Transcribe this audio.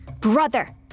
Brother